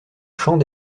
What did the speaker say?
champ